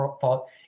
fault